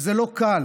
וזה לא קל